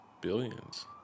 billions